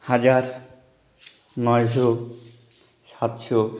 হাজার নয়শো সাতশো